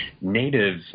Native